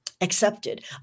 accepted